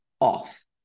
off